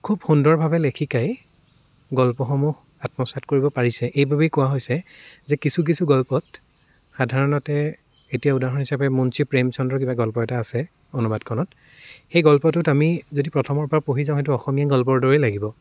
খুব সুন্দৰভাৱে লেখিকাই গল্পসমূহ আত্মসাৎ কৰিব পাৰিছে এই বাবেই কোৱা হৈছে যে কিছু কিছু গল্পত সাধাৰণতে এতিয়া উদাহৰণ হিচাপে মুঞ্চী প্ৰেমচান্দৰ কিবা গল্প এটা আছে অনুবাদখনত সেই গল্পটোত আমি যদি প্ৰথমৰ পৰাই পঢ়ি যাওঁ হয়তো অসমীয়া গল্পৰ দৰেই লাগিব